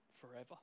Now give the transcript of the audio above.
forever